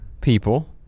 people